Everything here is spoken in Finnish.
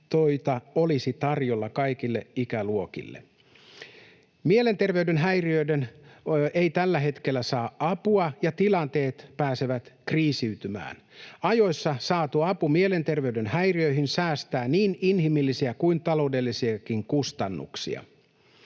olisi tarjolla kaikille ikäluokille. Mielenterveyden häiriöihin ei tällä hetkellä saa apua, ja tilanteet pääsevät kriisiytymään. Ajoissa saatu apu mielenterveyden häiriöihin säästää niin inhimillisiä kuin taloudellisiakin kustannuksia.